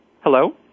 hello